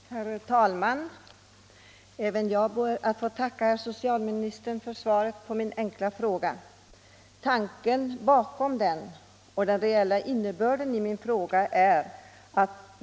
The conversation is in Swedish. Herr talman! Jag ber att få tacka socialministern för svaret på min enkla fråga.